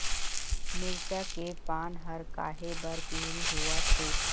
मिरचा के पान हर काहे बर पिवरी होवथे?